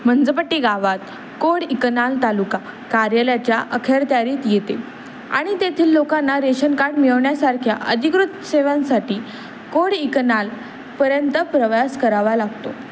मंजमपट्टी गावात कोडईकनाल तालुका कार्यालयाच्या अखत्यारीत येते आणि तेथील लोकांना रेशन कार्ड मिळवण्यासारख्या अधिकृत सेवांसाठी कोडईकनाल पर्यंत प्रवास करावा लागतो